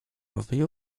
wyjął